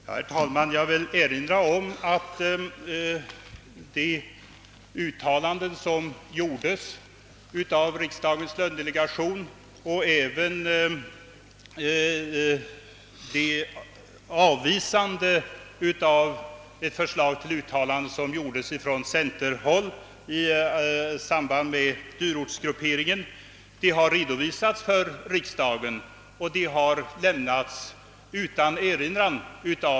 Herr talman! Jag vill framhålla att det uttalande som gjordes av riksdagens lönedelegation och avvisandet av centerpartiets förslag till uttalande i fråga om lönegrupperingen har redovisats för riksdagen och där lämnats utan erinran.